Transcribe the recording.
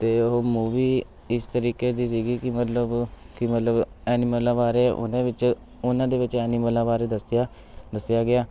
ਅਤੇ ਉਹ ਮੂਵੀ ਇਸ ਤਰੀਕੇ ਦੀ ਸੀਗੀ ਕਿ ਮਤਲਬ ਕਿ ਮਤਲਬ ਐਨੀਮਲਾਂ ਬਾਰੇ ਉਹਦੇ ਵਿੱਚ ਉਹਨਾਂ ਦੇ ਵਿੱਚ ਐਨੀਮਲਾਂ ਬਾਰੇ ਦੱਸਿਆ ਦੱਸਿਆ ਗਿਆ